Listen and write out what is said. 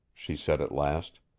she said at last.